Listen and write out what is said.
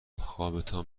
خوابتان